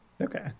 okay